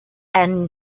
and